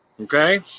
Okay